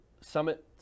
Summit